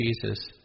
Jesus